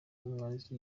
umwanditsi